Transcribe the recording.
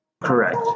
Correct